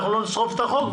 אנחנו נחליט.